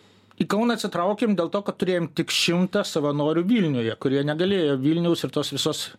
į kauną atsitraukėm dėl to kad turėjom tik šimtą savanorių vilniuje kurie negalėjo vilniaus ir tos visos